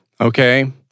Okay